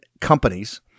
companies